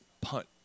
punt